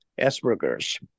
asperger's